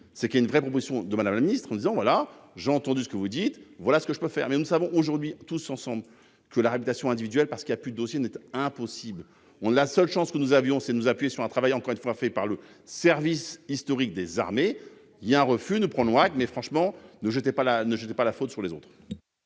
c'est qu'il y ait une vraie proposition de madame la ministre, en disant voilà j'ai entendu ce que vous dites, voilà ce que je peux faire mais nous savons aujourd'hui tous ensemble que la réputation individuelle parce qu'il a pu dossier n'impossible on la seule chance que nous avions c'est nous appuyer sur un travail encore une fois fait par le service historique des armées il y a refus ne prenons acte, mais franchement, ne jetez pas là ne je n'pas la faute sur les autres.